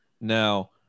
Now